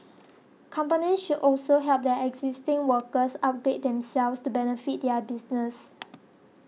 companies should also help their existing workers upgrade themselves to benefit their business